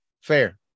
fair